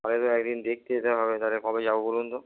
তাহলে তো এক দিন দেখতে যেতে হবে তাহলে কবে যাব বলুন তো